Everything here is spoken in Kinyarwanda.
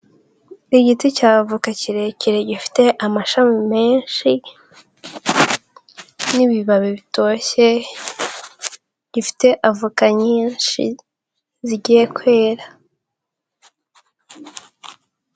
Igiti cya avoka kirekire gifite amashami menshi n'ibibabi bitoshye, gifite avoka nyinshi zigiye kwera.